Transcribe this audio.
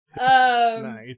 Nice